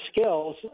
skills